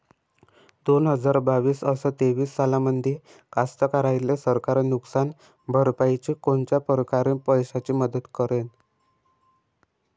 दोन हजार बावीस अस तेवीस सालामंदी कास्तकाराइले सरकार नुकसान भरपाईची कोनच्या परकारे पैशाची मदत करेन?